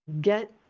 get